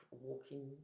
walking